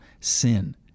sin